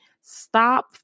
Stop